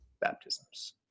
baptisms